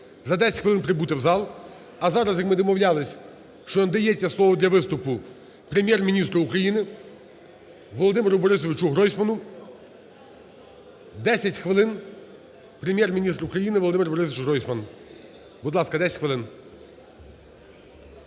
за 10 хвилин прибути в зал. А зараз, як ми домовлялися, що надається слово для виступу Прем'єр-міністру України Володимиру БорисовичуГройсману. 10 хвилин Прем'єр-міністр України Володимир Борисович Гройсман. Будь ласка, 10 хвилин.